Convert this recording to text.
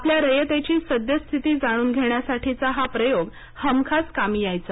आपल्या रयतेची सद्यस्थिती जाणून घेण्यासाठीचा हा प्रयोग हमखास कामी यायचा